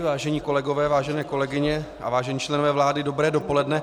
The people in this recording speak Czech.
Vážení kolegové, vážené kolegyně, vážení členové vlády, dobré dopoledne.